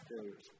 failures